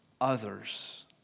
others